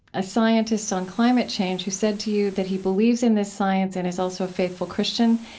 a scientist on climate change who said to you that he believes in the science and is also a faithful christian.